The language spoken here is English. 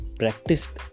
practiced